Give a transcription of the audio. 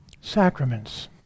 Sacraments